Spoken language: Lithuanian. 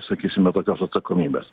sakysime tokios atsakomybės